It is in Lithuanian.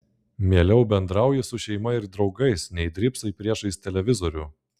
mieliau bendrauji su šeima ir draugais nei drybsai priešais televizorių